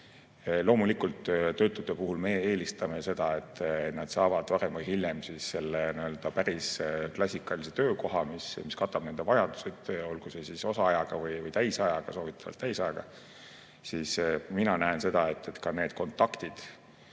Loomulikult, töötute puhul me eelistame seda, et nad saavad varem või hiljem selle päris klassikalise töökoha, mis katab nende vajadused, olgu see siis osaajaga või täisajaga [töö], soovitavalt täisajaga. Mina näen seda, et ka need kontaktid